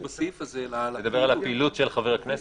אתה מדבר על הפעילות של חבר הכנסת?